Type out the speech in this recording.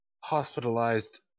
Hospitalized